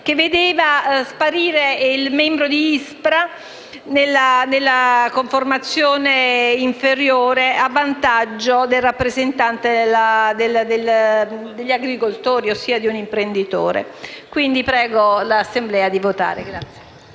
che vedeva sparire il membro di ISPRA nella conformazione minore a vantaggio del rappresentante degli agricoltori, ossia di un imprenditore. Invito quindi l'Assemblea a votare a